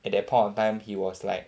at that point of time he was like